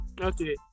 okay